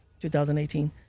2018